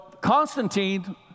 Constantine